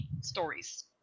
stories